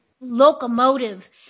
locomotive